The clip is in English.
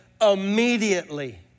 immediately